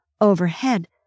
Overhead